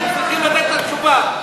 פה השרים צריכים לתת את התשובה.